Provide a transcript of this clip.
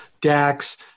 DAX